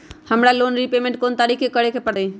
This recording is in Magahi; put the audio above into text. हमरा लोन रीपेमेंट कोन तारीख के करे के परतई?